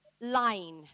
line